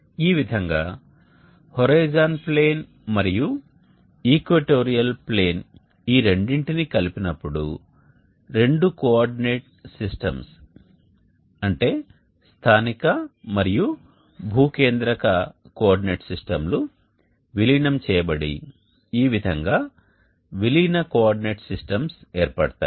ఈ విధంగా horizon plane మరియు ఈక్వటోరియల్ ప్లేన్ ఈ రెండింటినీ కలిపి నప్పుడు రెండు కోఆర్డినేట్ సిస్టమ్ స్థానిక మరియు భూ కేంద్రక కోఆర్డినేట్ సిస్టమ్ లు విలీనం చేయబడి ఈ విధంగా విలీన కోఆర్డినేట్ సిస్టమ్స్ ఏర్పడతాయి